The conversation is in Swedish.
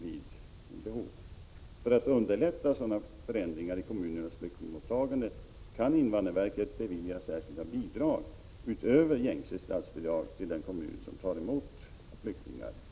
För att underlätta sådana förändringar i kommunernas flyktingmottagande kan invandrarverket bevilja särskilda bidrag, utöver gängse statsbidrag, till den kommun som tar emot flyktingar.